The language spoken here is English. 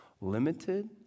Limited